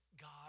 God